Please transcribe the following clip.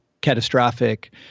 catastrophic